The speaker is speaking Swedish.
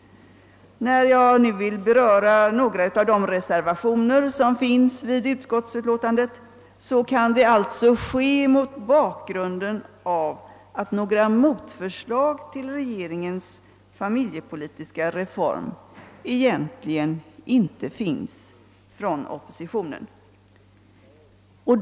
När jag nu berör några av de reservationer som finns fogade till statsutskottets utlåtande nr 101 kan jag göra det mot den bakgrunden att oppositionen egentligen inte har lagt fram några motförslag till regeringens förslag om en familjepolitisk reform.